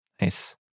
Nice